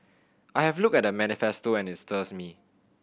I have looked at the manifesto and it stirs me